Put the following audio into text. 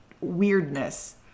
weirdness